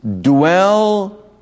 dwell